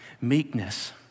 Meekness